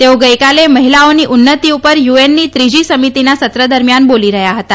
તેઓ ગઇકાલે મહિલાઓની ઉન્નતિ ઉપર યુએનની ત્રીજી સમિતિના સત્ર દરમિયાન બોલી રહ્યા હતા